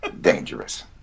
dangerous